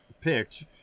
picked